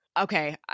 Okay